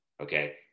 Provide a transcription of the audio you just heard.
Okay